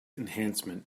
enhancement